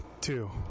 two